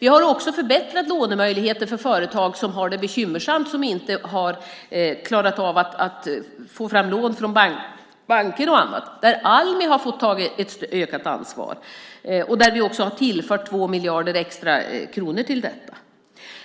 Vi har också förbättrat lånemöjligheterna för företag som har det bekymmersamt och som inte har fått lån från banker och andra. Almi har fått ta ett ökat ansvar. Vi har tillfört 2 miljarder kronor extra till detta.